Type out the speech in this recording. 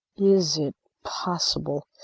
is it possible?